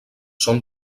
són